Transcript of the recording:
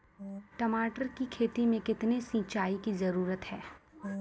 टमाटर की खेती मे कितने सिंचाई की जरूरत हैं?